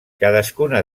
cadascuna